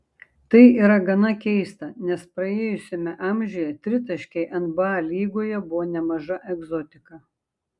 tai yra gana keista nes praėjusiame amžiuje tritaškiai nba lygoje buvo nemaža egzotika